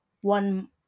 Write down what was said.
one